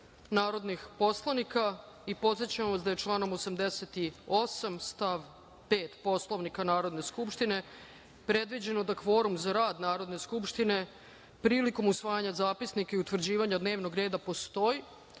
narodnih poslanika. Podsećam vas da je članom 88. stav 5. Poslovnika Narodne skupštine predviđeno da kvorum za rad Narodne skupštine prilikom usvajanja zapisnika i utvrđivanja dnevnog reda postoji